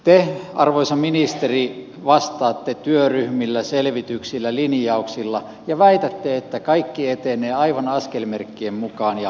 te arvoisa ministeri vastaatte työryhmillä selvityksillä linjauksilla ja väitätte että kaikki etenee aivan askelmerkkien mukaan ja ajoissa